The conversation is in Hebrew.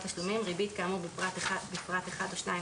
תשלומים ריבית כאמור בפרט (1) או (2),